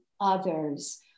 others